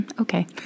okay